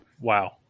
Wow